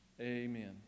Amen